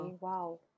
wow